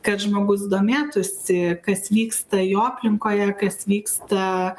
kad žmogus domėtųsi kas vyksta jo aplinkoje kas vyksta